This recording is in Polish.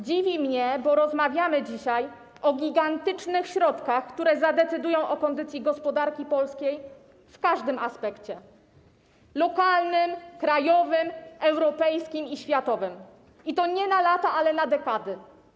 Dziwi mnie, bo rozmawiamy dzisiaj o gigantycznych środkach, które zadecydują o kondycji gospodarki polskiej w każdym aspekcie: lokalnym, krajowym, europejskim i światowym, i to nie na lata, ale na dekady.